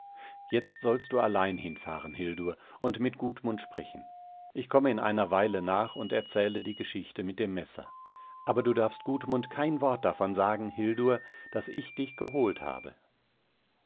jetzt sollst du allein hinfahren hildur und mit gudmund sprechen ich komme in einer weile nach und erzähle die geschichte mit dem messer aber du darfst gudmund kein wort davon sagen hildur daß ich dich geholt habe